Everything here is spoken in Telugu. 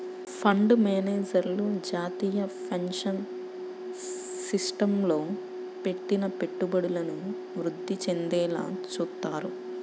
ఫండు మేనేజర్లు జాతీయ పెన్షన్ సిస్టమ్లో పెట్టిన పెట్టుబడులను వృద్ధి చెందేలా చూత్తారు